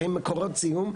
שהם מקורות זיהום,